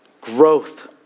growth